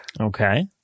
Okay